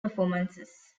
performances